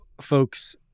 folks